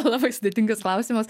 labai sudėtingas klausimas